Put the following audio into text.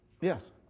yes